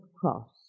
cross